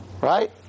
right